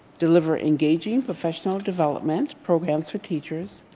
deliver engaging professional development, programs for teachers,